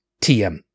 TM